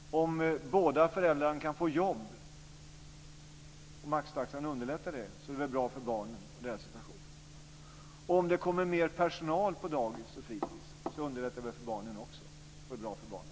Om båda föräldrarna kan få jobb och maxtaxan underlättar det, så är det väl bra för barnen och deras situation? Om det blir mer personal på dagis och fritids så är väl det också bra för barnen?